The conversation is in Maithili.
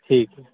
ठीक छै